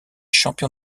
champion